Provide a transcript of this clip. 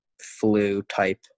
flu-type